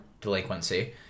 Delinquency